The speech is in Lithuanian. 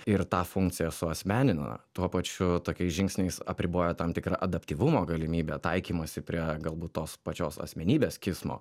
ir tą funkciją suasmenina tuo pačiu tokiais žingsniais apriboja tam tikrą adaptyvumo galimybę taikymąsi prie galbūt tos pačios asmenybės kismo